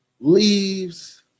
leaves